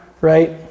right